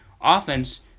offense